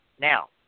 Now